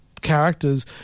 characters